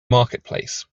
marketplace